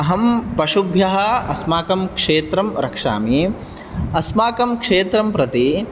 अहं पशुभ्यः अस्माकं क्षेत्रं रक्षामि अस्माकं क्षेत्रं प्रति